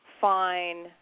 fine